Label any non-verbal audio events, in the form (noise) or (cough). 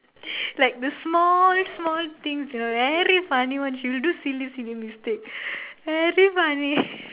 (laughs) like the small small things you know very funny one she'll do silly silly mistake very funny